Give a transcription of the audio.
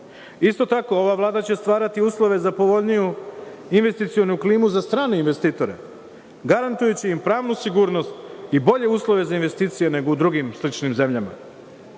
tako, ova Vlada će stvarati uslove za povoljnu investicionu klimu za strane investitore, garantujući im pravnu sigurnost i bolje uslove za investicije nego u drugim sličnim zemljama.